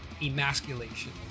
emasculation